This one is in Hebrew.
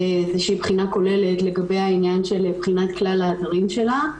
איזושהי בחינה כוללת לגבי העניין של בחינת כלל האתרים שלה,